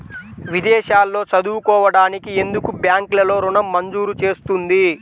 విదేశాల్లో చదువుకోవడానికి ఎందుకు బ్యాంక్లలో ఋణం మంజూరు చేస్తుంది?